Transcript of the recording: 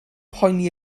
poeni